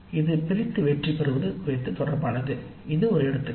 இது பிரித்து வெற்றி பெறுவது குறித்து தொடர்பானது இது ஒரு எடுத்துக்காட்டு